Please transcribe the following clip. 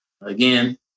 again